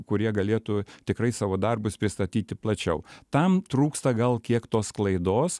kurie galėtų tikrai savo darbus pristatyti plačiau tam trūksta gal kiek tos sklaidos